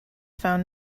found